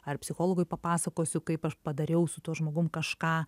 ar psichologui papasakosiu kaip aš padariau su tuo žmogum kažką